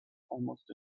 almost